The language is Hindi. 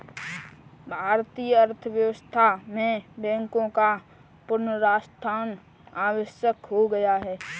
भारतीय अर्थव्यवस्था में बैंकों का पुनरुत्थान आवश्यक हो गया है